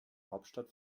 hauptstadt